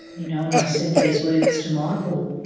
you know and i said these words to michael,